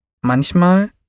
Manchmal